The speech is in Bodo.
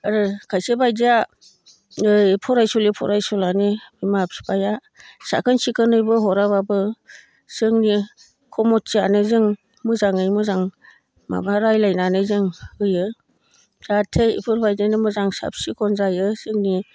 आरो खायसे बायदिया ओइ फरायसुलि फरायसुलानि बिमा बिफाया साखोन सिखोनैबो हराबाबो जोंनि कमिथियानो जों मोजाङै मोजां माबा रायज्लायनानै जों होयो जाहाथे बेफोरबायदिनो मोजां साब सिखोन जायो जोंनि